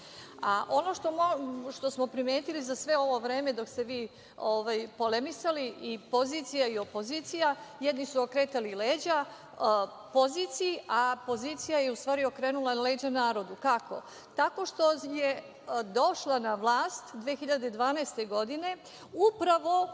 što smo primetili za sve ovo vreme, dok ste vi polemisali, i pozicija i opozicija, jedni su okretali leđa poziciji, a pozicija je u stvari okrenula leđa narodu. Kako? Tako što je došla na vlast 2012. godine, upravo